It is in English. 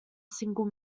single